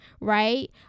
right